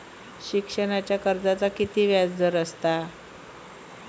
शिक्षणाच्या कर्जाचा किती व्याजदर असात?